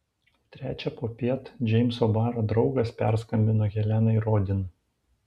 trečią popiet džeimso baro draugas perskambino helenai rodin